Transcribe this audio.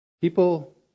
People